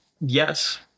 yes